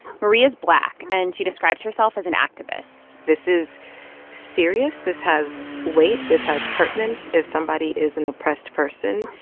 maria's black, and she describes herself as an activist this is serious. this has weight. this has pertinence. if somebody is an oppressed person